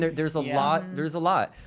there's there's a lot, there's a lot.